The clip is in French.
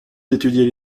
d’étudier